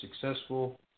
successful